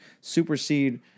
supersede